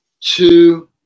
two